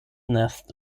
nest